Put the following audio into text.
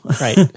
right